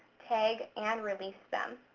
tag and release them.